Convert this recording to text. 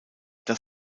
das